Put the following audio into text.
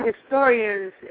historians